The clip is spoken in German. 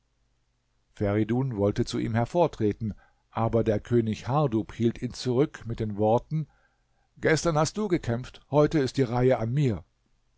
feridun wollte zu ihm hervortreten aber der könig hardub hielt ihn zurück mit den worten gestern hast du gekämpft heute ist die reihe an mir